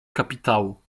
kapitału